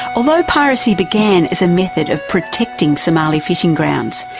although piracy began as a method of protecting somali fishing grounds